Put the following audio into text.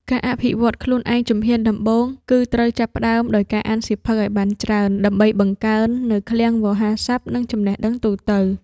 ការអភិវឌ្ឍខ្លួនឯងជំហានដំបូង គឺត្រូវចាប់ផ្ដើមដោយការអានសៀវភៅឱ្យបានច្រើន ដើម្បីបង្កើននូវឃ្លាំងវោហារស័ព្ទ និងចំណេះដឹងទូទៅ។